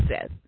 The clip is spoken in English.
says